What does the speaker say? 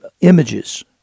images